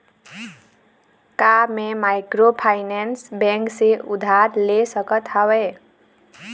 का मैं microfinance bank से उधार ले सकत हावे?